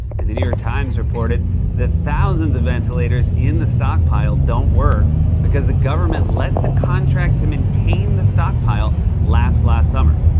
and the new york times reported that thousands of ventilators in the stockpile don't work because the government let the contract to maintain the stockpile lapse last summer.